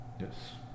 Yes